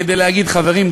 כדי להגיד: חברים,